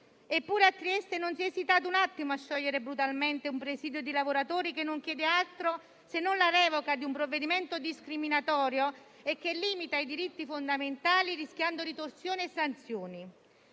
Eppure a Trieste non si è esitato un attimo a sciogliere brutalmente un presidio di lavoratori che non chiedeva altro, se non la revoca di un provvedimento discriminatorio, che limita i diritti fondamentali, rischiando ritorsioni e sanzioni.